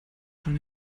schon